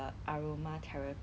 oh